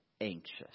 anxious